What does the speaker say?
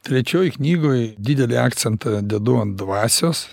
trečioj knygoj didelį akcentą dedu ant dvasios